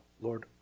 Lord